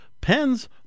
pens